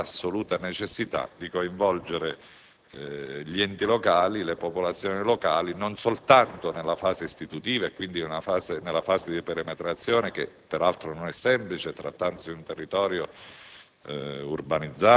egli evidenziava l'assoluta necessità di coinvolgere gli enti e le popolazioni locali non soltanto nella fase istitutiva, quindi nella fase di perimetrazione (che peraltro non è semplice, trattandosi di un territorio